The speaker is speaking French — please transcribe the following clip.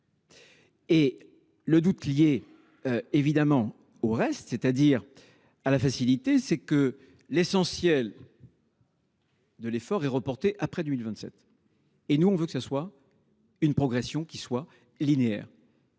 Et le doute lié. Évidemment au reste, c'est-à-dire à la facilité, c'est que l'essentiel. De l'effort est reportée après 2027 et nous on veut que ça soit une progression qui soit linéaire.